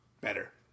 better